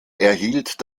erhielt